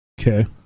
Okay